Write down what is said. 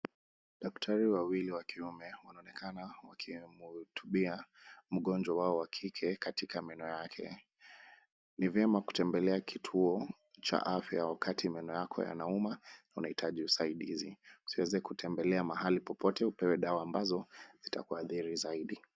Daktari wawili wa kiume wanaonekana wakimhutubia mgonjwa wao wa kike katika meno yake. Ni vyema kutembelea kituo cha afya wakati meno yako yanauma unahitaji usaidizi. Usiweze kutembelea mahali popote upewe dawa ambazo zitakuathiri zaidi.